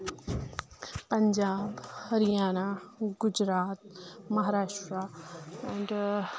Punjab Haryana Gujarat Maharashtra and